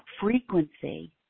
frequency